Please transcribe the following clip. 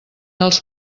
els